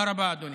תודה רבה, אדוני.